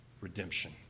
redemption